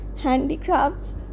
handicrafts